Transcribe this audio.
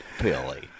Billy